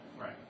Right